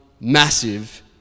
massive